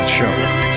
show